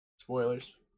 Spoilers